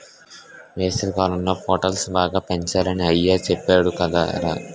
వేసవికాలంలో పొటల్స్ బాగా పెంచాలని అయ్య సెప్పేడు కదరా